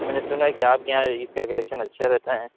میں نے سنا ہے کہ آپ کے یہاں اس کا کلکشن اچھا رہتا ہے